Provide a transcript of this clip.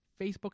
Facebook